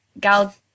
Gal